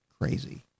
crazy